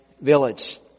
village